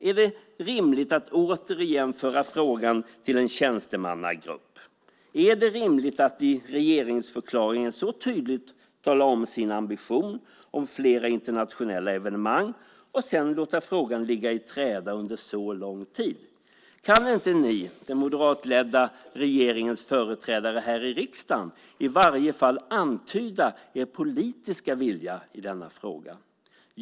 Är det rimligt att återigen föra frågan till en tjänstemannagrupp? Är det rimligt att man i regeringsförklaringen så tydligt talar om sin ambition om flera internationella evenemang och sedan låter frågan ligga i träda under så lång tid? Kan inte ni - den moderatledda regeringens företrädare här i riksdagen - i varje fall antyda er politiska vilja i denna fråga?